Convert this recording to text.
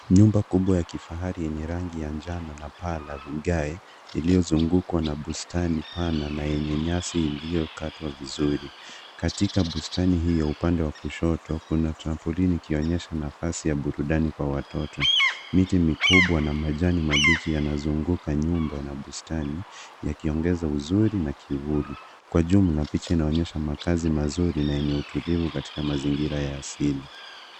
Nyumba kubwa ya kifahari yenye rangi ya njano na paa la vigae ilio zungukwa na bustani pana na enye nyasi ilio katwa vizuri. Katika bustani hiyo upande wa kushoto kuna trampoline ikionyesha nafasi ya burudani kwa watoto. Miti mikubwa na majani mabichi yana zunguka nyumba na bustani yakiongeza uzuri na kivuli. Kwa jumla picha inaonyesha makazi mazuri na enye utulivu katika mazingira ya asili.